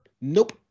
Nope